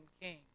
king